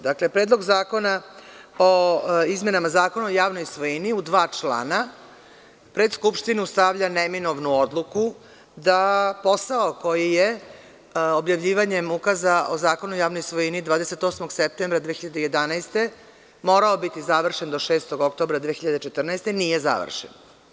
Dakle, Predlog zakona o izmenama Zakona o javnoj svojini u dva člana pred Skupštinu stavlja neminovnu odluku da posao koji je, objavljivanjem ukaza o Zakonu o javnoj svojini 28. septembra 2011. godine morao biti završen do 6. oktobra 2014. godine, nije završen.